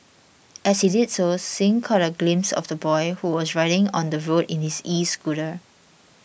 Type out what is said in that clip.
as he did so Singh caught a glimpse of the boy who was riding on the road in his escooter